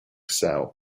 cell